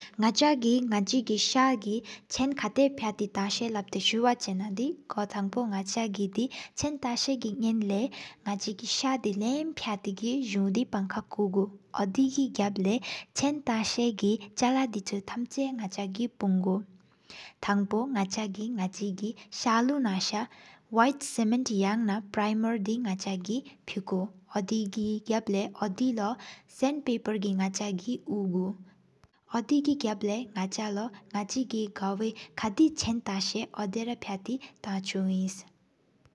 ནག་ཆ་གི་ནག་གི་ས་གི་ཅན་གཏུབ་སར་སེམས་ཅན། བསྲུགས་ཆ་ན་དི་གོ་ཐང་ཕོ་པོ་ནག་ཆ་གི། ཅན་ཐང་ས་གི་ཡེན་ལོ་ནག་ཆི་གི་ས་དི། ལམ་ཕྱེ་ཐེ་གི་གཟུང་དེ་གི་ཕང་ཀ་ཁོ་གུ། ཨོ་དེ་གི་གབ་ལས་ཅན་གཏོད་གི་ཆུ་ལས་སྔོན། ཐམ་ཆ་ནག་ཆ་གི་བསྐྱར་གུ། ཐང་ཕོ་ནག་ཆ་གི་ནག་ཆི་གི་ས་གློ་ནས་ས། དཀར་ཚིམ་སྨོན་དེ་འཚོ་ས་ནག་ཆི་གི་ཕུས་གུ། ཨོ་དེ་གི་གབ་ལས་ཨོ་དེ་ལོ་སན་ངལ་ངལ་པི་པར་གི། ནག་ཆ་གི་ཧུ་གུ་ཨོ་དེ་གི་གབ་ལོ་ནག་ཆ་ལོ། ནག་ཆ་ལོ་གོ་ཀ་ཡོས་ཆེན་གཏང་ས། ཨོ་དེ་ར་གཏུབ་ཐང་ཅུག་ཨིན།